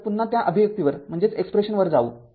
तर पुन्हा त्या अभिव्यक्तीवर जाऊ